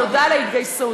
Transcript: תודה על ההתגייסות.